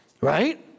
Right